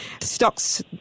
Stocks